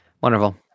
wonderful